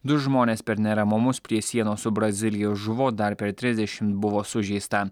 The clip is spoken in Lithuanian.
du žmonės per neramumus prie sienos su brazilijos žuvo dar per trisdešimt buvo sužeista